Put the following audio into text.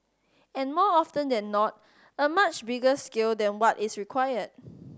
and more often than not a much bigger scale than what is required